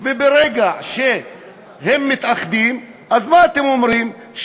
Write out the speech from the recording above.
ברגע שהם מתאחדים, מה אתם אומרים אז?